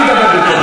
אני אדבר במקומך.